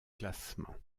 classement